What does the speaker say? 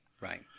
right